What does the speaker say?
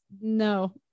no